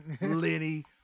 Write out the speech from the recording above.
lenny